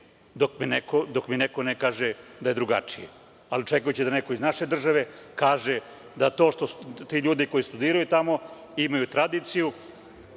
dok mi neko ne kaže da je drugačije. Ali, očekujući da neko iz naše države kaže da ti ljudi koji studiraju tamo imaju tradiciju.